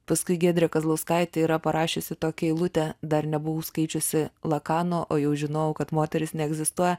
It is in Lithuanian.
paskui giedrė kazlauskaitė yra parašiusi tokią eilutę dar nebuvau skaičiusi lakano o jau žinojau kad moteris neegzistuoja